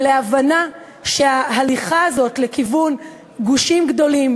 ולהבנה שההליכה הזאת לכיוון גושים גדולים